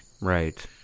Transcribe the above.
Right